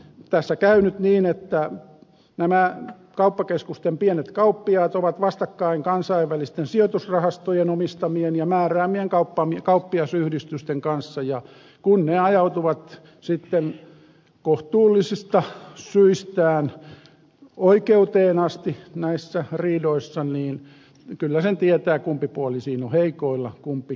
tässä käy nyt niin että nämä kauppakeskusten pienet kauppiaat ovat vastakkain kansainvälisten sijoitusrahastojen omistamien ja määräämien kauppiasyhdistysten kanssa ja kun ne ajautuvat sitten kohtuullisista syistään oikeuteen asti näissä riidoissa niin kyllä sen tietää kumpi puoli siinä on heikoilla kumpi vahvoilla